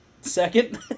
Second